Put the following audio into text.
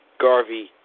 Garvey